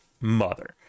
mother